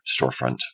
storefront